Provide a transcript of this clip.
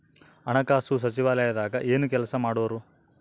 ಹಣಕಾಸು ಸಚಿವಾಲಯದಾಗ ಏನು ಕೆಲಸ ಮಾಡುವರು?